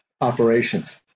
operations